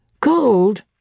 Cold